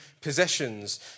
possessions